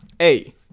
A-